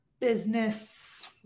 business